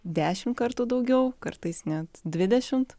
dešimt kartų daugiau kartais net dvidešimt